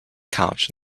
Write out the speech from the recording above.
couch